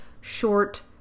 short